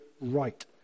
right